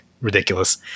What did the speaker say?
ridiculous